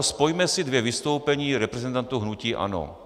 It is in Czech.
Spojme si dvě vystoupení reprezentantů hnutí ANO.